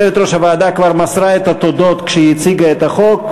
יושבת-ראש הוועדה כבר מסרה את התודות כשהיא הציגה את החוק,